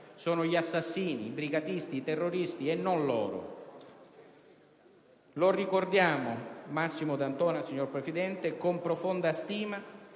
sono gli assassini, i brigatisti, i terroristi, e non loro. Lo ricordiamo, Massimo D'Antona, con profonda stima,